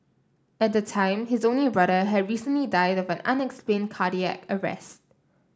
at the time his only brother had recently died of an unexplained cardiac arrest